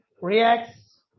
reacts